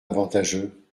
avantageux